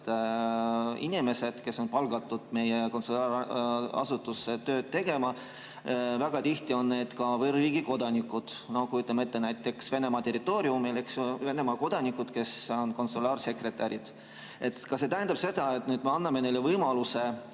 inimesed, kes on palgatud meie konsulaarasutuse tööd tegema. Väga tihti on need ka võõrriigi kodanikud. Noh, kujutame ette, et näiteks Venemaa territooriumil on Venemaa kodanikud, kes on konsulaarsekretärid. Kas see tähendab seda, et nüüd me anname neile võimaluse